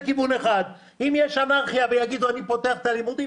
אם יש אנרכיה ויגידו: אני פותח את הלימודים,